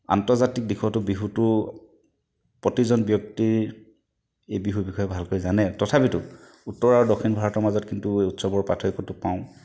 আন্তৰ্জাতিক দিশটো বিহুটো প্ৰতিজন ব্যক্তিৰ এই বিহুৰ বিষয়ে ভালকৈ জানে তথাপিতো উত্তৰ আৰু দক্ষিণ ভাৰতৰ মাজত এই পাৰ্থক্যটো পাওঁ